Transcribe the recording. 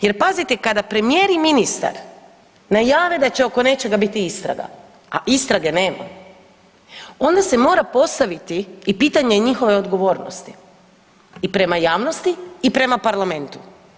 Jer pazite kada premijer i ministar najave da će oko nečega biti istraga, a istrage nema onda se mora postaviti i pitanje njihove odgovornosti i prema javnosti i prema parlamentu.